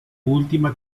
última